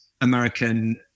American